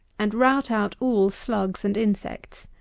and rout out all slugs and insects.